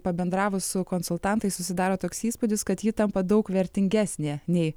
pabendravus su konsultantais susidaro toks įspūdis kad ji tampa daug vertingesnė nei